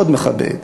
מאוד מכבד,